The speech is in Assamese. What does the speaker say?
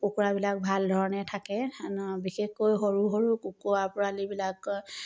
কুকুৰাবিলাক ভাল ধৰণে থাকে বিশেষকৈ সৰু সৰু কুকুৰা পোৱালিবিলাক